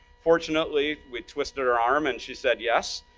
fortunately, we twisted her arm, and she said, yes,